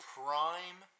prime